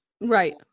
right